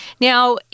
Now